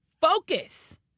focus